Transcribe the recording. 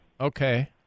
Okay